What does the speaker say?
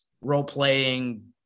role-playing